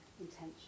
intention